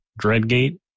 dreadgate